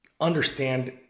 Understand